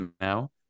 now